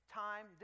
time